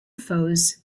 foes